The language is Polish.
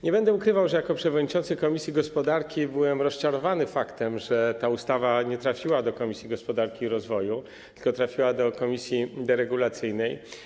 Nie będę ukrywał, że jako przewodniczący komisji gospodarki byłem rozczarowany faktem, że ta ustawa nie trafiła do Komisji Gospodarki i Rozwoju, tylko do komisji deregulacyjnej.